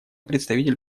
представитель